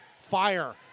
Fire